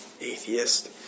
Atheist